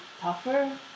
tougher